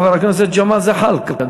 חבר הכנסת ג'מאל זחאלקה,